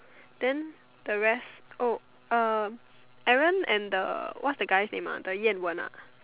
then the rest oh uh Aaron and the what's guy name ah the Yan-Wen ah